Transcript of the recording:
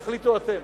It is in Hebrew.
תחליטו אתם.